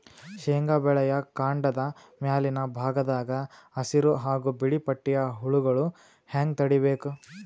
ಶೇಂಗಾ ಬೆಳೆಯ ಕಾಂಡದ ಮ್ಯಾಲಿನ ಭಾಗದಾಗ ಹಸಿರು ಹಾಗೂ ಬಿಳಿಪಟ್ಟಿಯ ಹುಳುಗಳು ಹ್ಯಾಂಗ್ ತಡೀಬೇಕು?